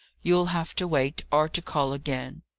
you'll have to wait, or to call again.